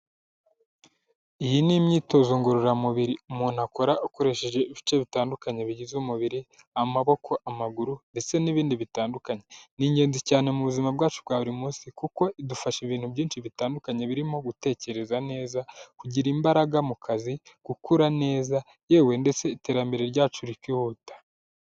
Iyi ni imyitozo ngororamubiri umuntu akora akoresheje ibice bitandukanye bigize umubiri, amaboko, amaguru, ndetse n'ibindi bitandukanye. Ni ingenzi cyane mu buzima bwacu bwa buri munsi, kuko idufasha ibintu byinshi bitandukanye, birimo gutekereza neza, kugira imbaraga mu kazi, gukura neza, yewe ndetse iterambere ryacu rikihuta.